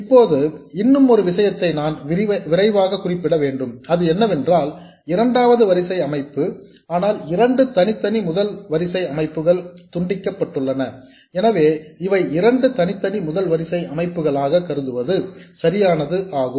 இப்போது இன்னும் ஒரு விஷயத்தை நான் விரைவாக குறிப்பிட வேண்டும் அது என்னவென்றால் இரண்டாவது வரிசை அமைப்பு ஆனால் இரண்டு தனித்தனி முதல் வரிசை அமைப்புகள் துண்டிக்கப்பட்டுள்ளன எனவே இதை இரண்டு தனித்தனி முதல் வரிசை அமைப்புகளாக கருதுவது சரியானது ஆகும்